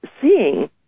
seeing